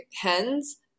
hens